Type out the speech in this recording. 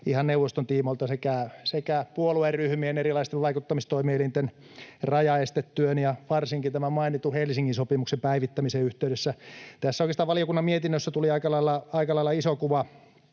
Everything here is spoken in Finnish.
ihan neuvoston tiimoilta sekä puolueryhmissä, erilaisissa vaikuttamistoimielimissä, rajaestetyössä ja varsinkin tämän mainitun Helsingin sopimuksen päivittämisen yhteydessä. Tässä valiokunnan mietinnössä tuli oikeastaan aika lailla iso kuva